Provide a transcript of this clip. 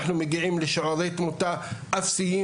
אנחנו מגיעים לשיעורי תמותה אפסיים,